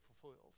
fulfilled